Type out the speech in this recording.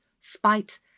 spite